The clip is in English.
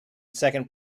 second